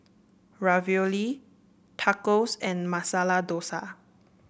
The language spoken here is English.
Ravioli Tacos and Masala Dosa